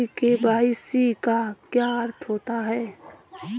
ई KYC का क्या अर्थ होता है?